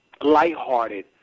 lighthearted